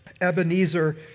Ebenezer